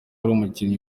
umukinnyi